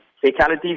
fatalities